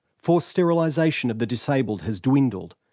forced sterilisation of the disabled has dwindled,